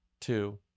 two